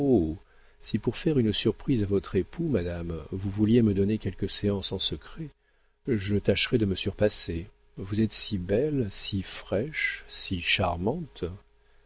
si pour faire une surprise à votre époux madame vous vouliez me donner quelques séances en secret je tâcherais de me surpasser vous êtes si belle si fraîche si charmante